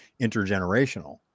intergenerational